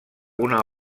una